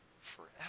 forever